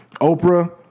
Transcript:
oprah